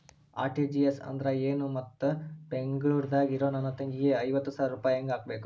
RTGS ಅಂದ್ರ ಏನು ಮತ್ತ ಬೆಂಗಳೂರದಾಗ್ ಇರೋ ನನ್ನ ತಂಗಿಗೆ ಐವತ್ತು ಸಾವಿರ ರೂಪಾಯಿ ಹೆಂಗ್ ಹಾಕಬೇಕು?